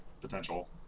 potential